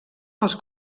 pels